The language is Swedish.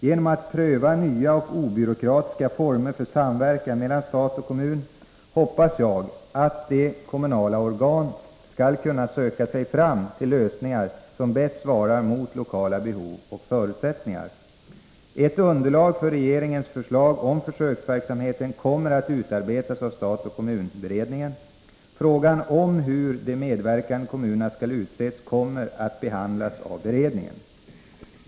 Genom att pröva nya och obyråkratiska former för samverkan mellan stat och kommun hoppas jag att de kommunala organen skall kunna söka sig fram till lösningar som bäst svarar mot lokala behov och förutsättningar. Ett underlag för regeringens förslag om försöksverksamheten kommer att utarbetas av stat-kommun-beredningen. Frågan om hur de medverkande kommunerna skall utses kommer att behandlas av beredningen.